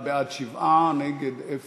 בעד, 7, נגד, אין.